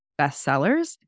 bestsellers